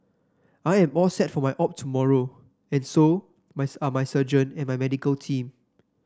I'm all set for my op tomorrow and so are my surgeon and medical team